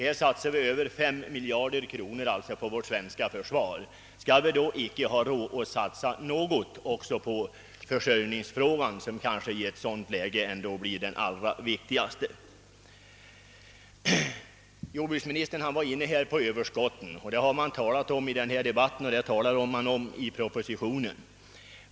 Vi satsar över 5 miljarder kronor på vårt försvar — skall vi då inte ha råd att satsa något på försörjningen med livsmedel, som kanske i ett kritiskt läge blir den viktigaste beredskapsfrågan. Jordbruksministern talade om de nuvarande överskotten — den saken har berörts både i debatten och i propositionen.